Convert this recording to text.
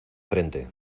frente